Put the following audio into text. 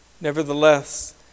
Nevertheless